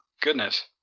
goodness